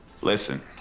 Listen